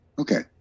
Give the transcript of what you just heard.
Okay